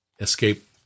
escape